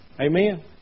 Amen